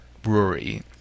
Brewery